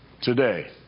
today